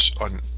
on